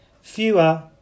fewer